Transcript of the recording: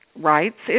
Rights